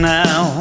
now